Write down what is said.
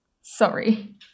sorry